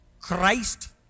Christ